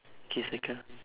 k suka